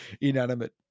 inanimate